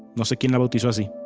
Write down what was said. la like and bautizo asi,